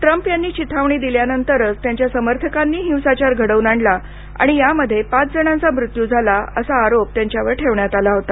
Trump यांनी चिथावणी दिल्यानंच त्यांच्या समर्थकांनी हिंसाचार घडवून आणला आणि यामध्ये पाच जणांचा मृत्यू झाला असा त्याच्यावर आरोप होता